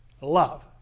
love